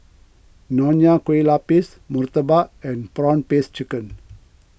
Nonya Kueh Lapis Murtabak and Prawn Paste Chicken